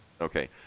okay